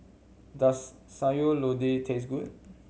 does Sayur Lodeh taste good